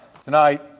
tonight